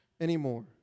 anymore